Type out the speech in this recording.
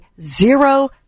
zero